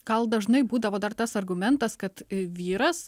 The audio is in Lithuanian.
gal dažnai būdavo dar tas argumentas kad vyras